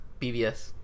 BBS